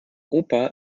opa